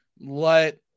let